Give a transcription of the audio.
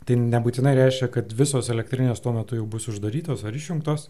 tai nebūtinai reiškia kad visos elektrinės tuo metu jau bus uždarytos ar išjungtos